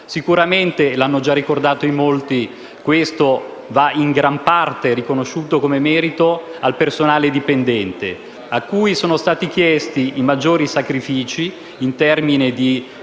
Sicuramente, come hanno già ricordato in molti, questo va in gran parte riconosciuto come merito al personale dipendente, a cui sono stati chiesti i maggiori sacrifici in termini di